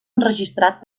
enregistrat